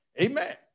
Amen